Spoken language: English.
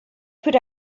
put